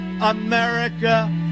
America